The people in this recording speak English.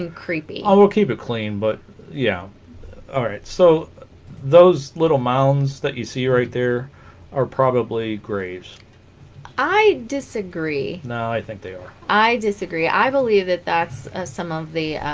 and creepy i will keep it clean but yeah all right so those little mounds that you see right there are probably graves i disagree no i think they are i disagree i believe that that's some of the